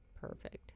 perfect